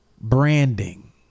branding